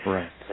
Right